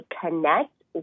connect